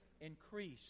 increase